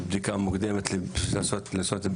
בדיקה מוקדמת למניעה,